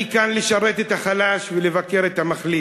אני כאן לשרת את החלש ולבקר את המחליש.